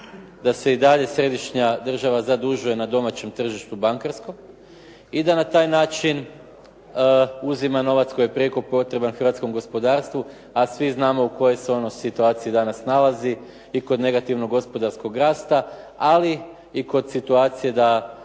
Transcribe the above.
da se i dalje središnja država zadužuje na domaćem tržištu bankarskom i da na taj način uzima novac koji je prijeko potreban hrvatskom gospodarstvu, a svi znamo u kojoj se ono situaciji danas nalazi i kod negativnog gospodarskog rasta, ali i kod situacije da